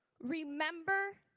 Remember